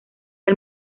del